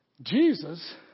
Jesus